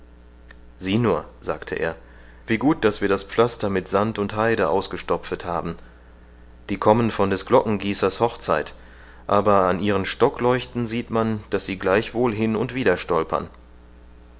sieh nur sagte er wie gut daß wir das pflaster mit sand und heide ausgestopfet haben die kommen von des glockengießers hochzeit aber an ihren stockleuchten sieht man daß sie gleichwohl hin und wider stolpern